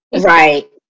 right